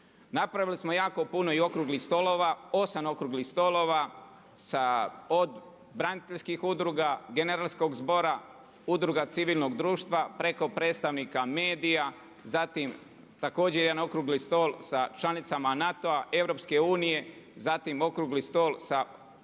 Napravili smo jako puno i okruglih stolova, 8 okruglih stolova, od braniteljskih udruga, generalskog zbora, Udruga civilnog društva, preko predstavnika medija, zatim, također jedan okrugli stol sa članicama NATO-a, EU, zatim okrugli stol sa